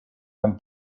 them